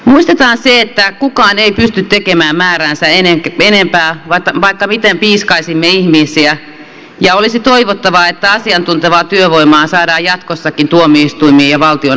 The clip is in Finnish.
muistetaan se että kukaan ei pysty tekemään määräänsä enempää vaikka miten piiskaisimme ihmisiä ja olisi toivottavaa että asiantuntevaa työvoimaa saataisiin jatkossakin tuomioistuimiin ja valtion asiantuntijavirkoihin